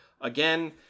again